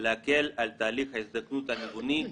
להקל על תהליך ההזדקנות הניווני,